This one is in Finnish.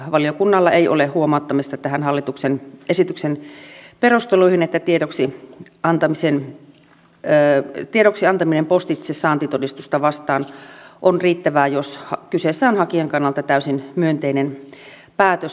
valiokunnalla ei ole huomauttamista hallituksen esityksen perusteluihin että tiedoksi antaminen postitse saantitodistusta vastaan on riittävää jos kyseessä on hakijan kannalta täysin myönteinen päätös